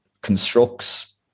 constructs